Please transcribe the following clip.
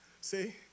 See